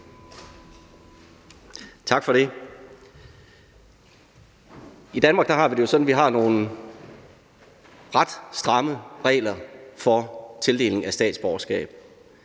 har vi det jo sådan, at vi har nogle ret stramme regler for tildeling af statsborgerskab.